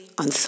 on